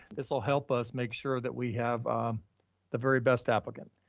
this will help us make sure that we have the very best applicant.